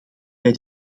bij